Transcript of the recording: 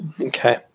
Okay